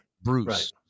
bruce